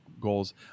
goals